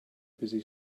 busy